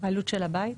העלות של שהבית?